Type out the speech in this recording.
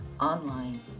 online